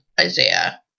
Isaiah